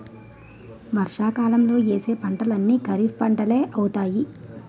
వర్షాకాలంలో యేసే పంటలన్నీ ఖరీఫ్పంటలే అవుతాయి